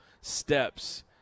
steps